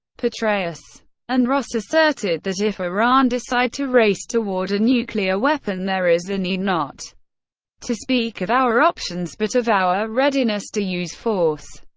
petraeus and ross asserted that if iran decide to race toward a nuclear weapon there is a need not to speak of our options, but of our readiness to use force,